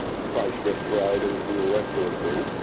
face respirators and all that sort of thing.